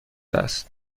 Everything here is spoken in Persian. است